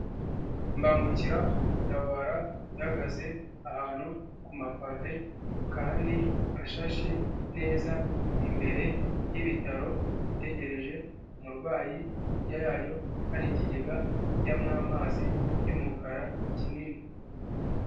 Imbangukiragutabara ihagaze ahantu ku mapave kandi ashashe neza imbere y'ibitaro itegereje umurwayi, hirya yayo hari ikigega kijyamo amazi cy'umukara kinini.